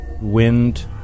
Wind